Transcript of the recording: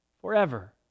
forever